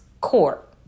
court